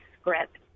script